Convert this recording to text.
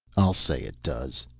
i'll say it does!